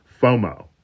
FOMO